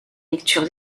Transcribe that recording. lecture